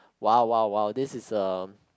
!wow! !wow! !wow! this is a